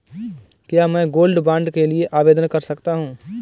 क्या मैं gold bond के लिए आवेदन कर सकता हूं?